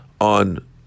on